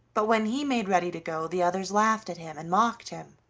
but when he made ready to go the others laughed at him, and mocked him.